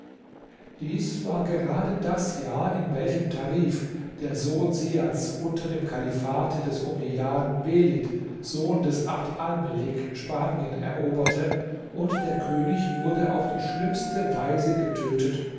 dies war gerade das jahr in welchem tarif der sohn siads unter dem kalifate des omejjaden welid sohn des abd almelik spanien eroberte und der könig wurde auf die schlimmste weise getötet